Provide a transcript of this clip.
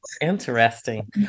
Interesting